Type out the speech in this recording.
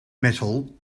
metal